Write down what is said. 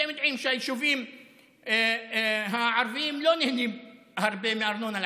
אתם יודעים שהיישובים הערביים לא נהנים הרבה מארנונה לעסקים,